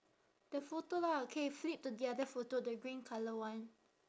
the photo lah K flip to the other photo the green colour one